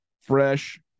fresh